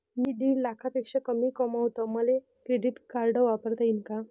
मी दीड लाखापेक्षा कमी कमवतो, मले क्रेडिट कार्ड वापरता येईन का?